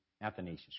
Athanasius